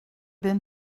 been